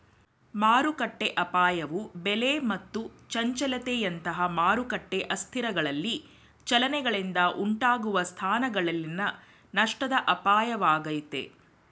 ಮಾರುಕಟ್ಟೆಅಪಾಯವು ಬೆಲೆ ಮತ್ತು ಚಂಚಲತೆಯಂತಹ ಮಾರುಕಟ್ಟೆ ಅಸ್ಥಿರಗಳಲ್ಲಿ ಚಲನೆಗಳಿಂದ ಉಂಟಾಗುವ ಸ್ಥಾನಗಳಲ್ಲಿನ ನಷ್ಟದ ಅಪಾಯವಾಗೈತೆ